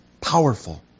powerful